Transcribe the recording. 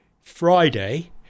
friday